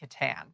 Catan